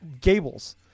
Gables